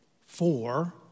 four